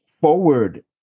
forward